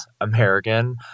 American